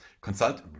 consult